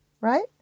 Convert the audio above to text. right